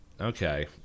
okay